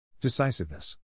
Decisiveness